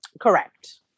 Correct